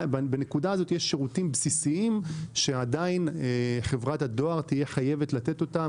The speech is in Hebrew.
בנקודה הזאת יש שירותים בסיסיים שעדיין חברת הדואר תהיה חייבת לתת אותם